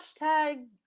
Hashtag